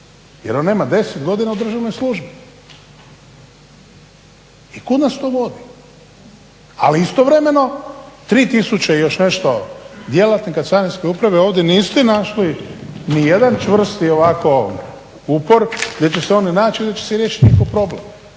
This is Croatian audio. jer on nema 10 godina u državnoj službi. I kud nas to vodi? Ali istovremeno 3000 i još nešto djelatnika Carinske uprave ovdje niste našli ni jedan čvrsti ovako upor gdje će se oni naći, gdje će se riješiti njihov problem,